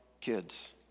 kids